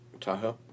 Tahoe